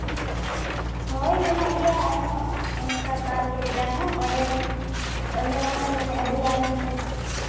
ᱦᱳᱭ ᱢᱮᱱᱟᱜ ᱜᱮᱭᱟ ᱟᱨᱦᱚᱸ ᱚᱱᱠᱟ ᱯᱟᱨᱠ ᱞᱮᱠᱟ ᱦᱚᱸ ᱚᱸᱰᱮ ᱦᱚᱸ ᱚᱸᱰᱮ ᱦᱚᱸ ᱢᱟᱱᱮ ᱟᱹᱰᱤᱜᱟᱱ